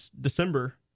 December